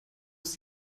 ist